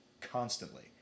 constantly